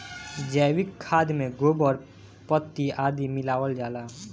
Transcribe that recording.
जैविक खाद में गोबर, पत्ती आदि मिलावल जाला